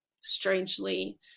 strangely